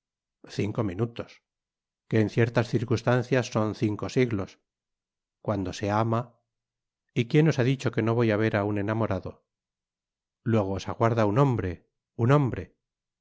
cinco minutos que en ciertas circunstancias son cinco siglos cuando se ama y quien os ha dicho que no voy á ver á un enamorado luego os aguarda un hombre un hombre